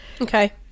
Okay